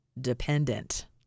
dependent